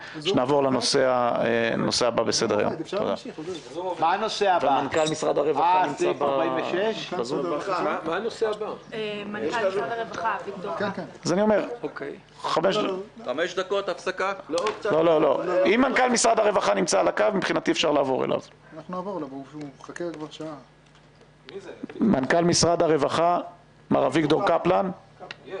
12:04.